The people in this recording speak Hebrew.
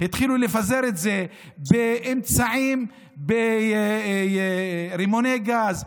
התחילו לפזר את זה באמצעים כמו רימוני גז,